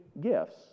gifts